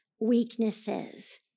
weaknesses